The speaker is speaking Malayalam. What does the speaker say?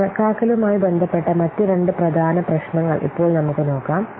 കണക്കാക്കലുമായി ബന്ധപ്പെട്ട മറ്റ് രണ്ട് പ്രധാന പ്രശ്നങ്ങൾ ഇപ്പോൾ നോക്കാം